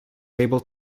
able